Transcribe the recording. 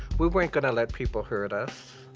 we weren't going to let people hurt us.